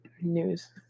news